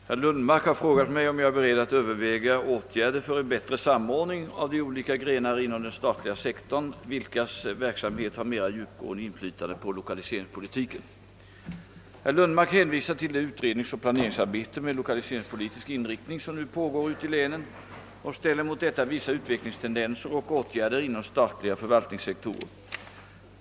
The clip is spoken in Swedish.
Herr talman! Herr Lundmark har frågat mig, om jag är beredd att överväga åtgärder för en bättre samordning av de olika grenar inom den statliga sektorn, vilkas verksamhet har mera djupgående inflytande på lokaliseringspolitiken. Herr Lundmark hänvisar till det utredningsoch planeringsarbete med lokaliseringspolitisk inriktning, som nu pågår ute i länen, och ställer mot detta vissa utvecklingstendenser och åtgärder inom statliga förvaltningssektorer.